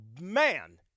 man